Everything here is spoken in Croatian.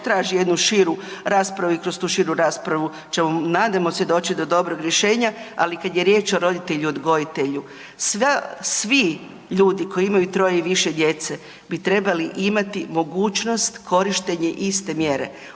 traži jednu širu raspravu i kroz tu širu raspravu ćemo nadajmo se doći do dobrog rješenja, ali kad je riječ o roditelju odgojitelju sva, svi ljudi koji imaju troje i više djece bi trebali imati mogućnost korištenje iste mjere,